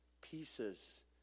pieces